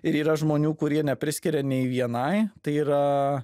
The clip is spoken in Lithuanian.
ir yra žmonių kurie nepriskiria nei vienai tai yra